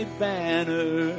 banner